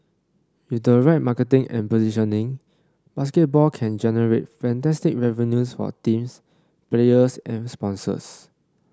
with the right marketing and positioning basketball can generate fantastic revenues for teams players and sponsors